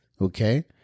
Okay